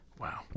Wow